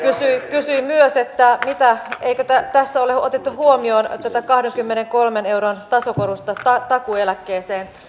kysyi myös eikö tässä ole otettu huomioon tätä kahdenkymmenenkolmen euron tasokorotusta takuueläkkeeseen